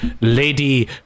Lady